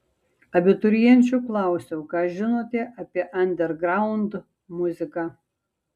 abiturienčių klausiau ką žinote apie andergraund muziką